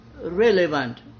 relevant